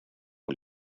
att